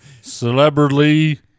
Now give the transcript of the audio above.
celebrity